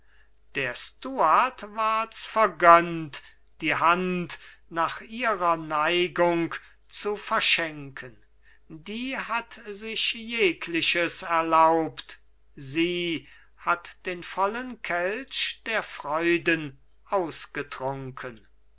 der stuart ward's vergönnt die hand nach ihrer neigung zu verschenken die hat sich jegliches erlaubt sie hat den vollen kelch der freuden ausgetrunken